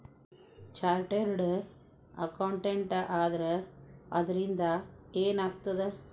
Chartered accountant ಆದ್ರ ಅದರಿಂದಾ ಏನ್ ಆಗ್ತದ?